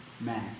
man